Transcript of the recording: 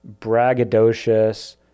braggadocious